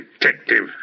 detective